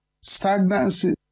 stagnancy